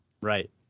Right